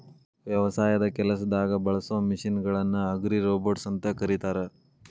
ವ್ಯವಸಾಯದ ಕೆಲಸದಾಗ ಬಳಸೋ ಮಷೇನ್ ಗಳನ್ನ ಅಗ್ರಿರೋಬೊಟ್ಸ್ ಅಂತ ಕರೇತಾರ